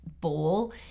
bowl